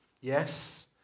Yes